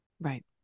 Right